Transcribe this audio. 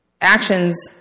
actions